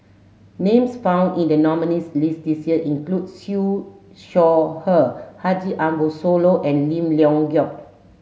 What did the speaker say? names found in the nominees' list this year include Siew Shaw Her Haji Ambo Sooloh and Lim Leong Geok